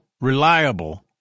reliable